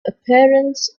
appearance